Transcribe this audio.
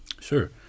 Sure